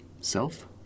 Self